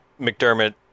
McDermott